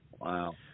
Wow